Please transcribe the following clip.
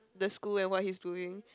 the school and what he's doing